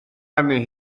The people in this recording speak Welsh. arni